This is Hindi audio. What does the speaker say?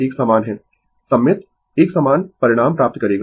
यह समान है सममित एक समान परिणाम प्राप्त करेगा